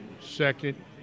second